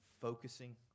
focusing